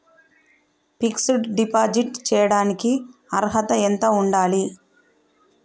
Fix డ్ deposit చేయటానికి అర్హత ఎంత ఉండాలి?